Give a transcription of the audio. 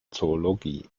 zoologie